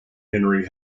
henry